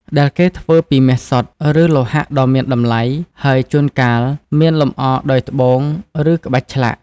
ដែលគេធ្វើពីមាសសុទ្ធ ឬលោហៈដ៏មានតម្លៃ ហើយជួនកាលមានលម្អដោយត្បូង ឬក្បាច់ឆ្លាក់។